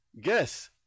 Guess